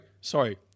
Sorry